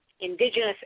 indigenous